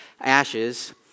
ashes